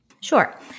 Sure